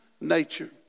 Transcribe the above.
nature